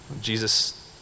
Jesus